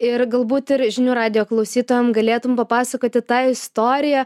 ir galbūt ir žinių radijo klausytojam galėtum papasakoti tą istoriją